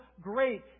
great